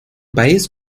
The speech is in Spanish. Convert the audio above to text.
país